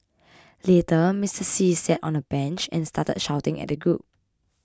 later Mister See sat on a bench and started shouting at the group